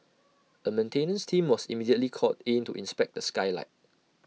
A maintenance team was immediately called in to inspect the skylight